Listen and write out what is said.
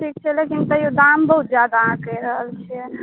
ठीकछै लेकिन तैयो दाम बहुत ज्यादा अहाँ कहि रहल छियै